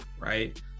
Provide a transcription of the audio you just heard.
right